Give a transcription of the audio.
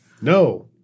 No